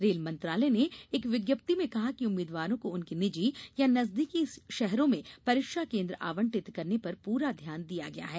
rail मंत्रालय ने एक विज्ञप्ति में कहा कि उम्मीदवारों को उनके निजी या नजदीकी शहरों में परीक्षा केन्द्र आवंटित करने पर पूरा ध्यान दिया गया है